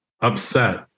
upset